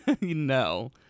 No